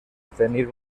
tenir